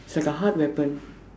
it's like a hard weapon